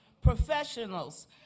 professionals